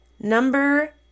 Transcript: Number